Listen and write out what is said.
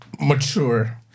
mature